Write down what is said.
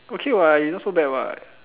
okay what you not so bad what